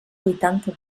vuitanta